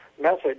message